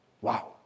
Wow